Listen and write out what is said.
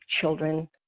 children